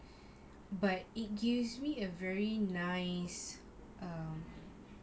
but it gives me a very nice err